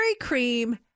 cream